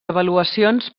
avaluacions